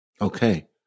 Okay